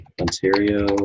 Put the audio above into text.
Ontario